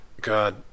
God